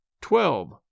twelve